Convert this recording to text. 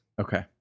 Okay